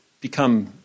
become